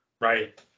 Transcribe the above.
Right